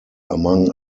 among